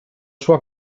sua